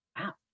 Wow